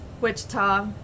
Wichita